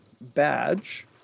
badge